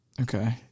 Okay